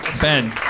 Ben